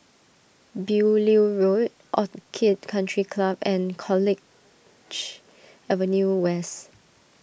Beaulieu Road Orchid Country Club and College Avenue West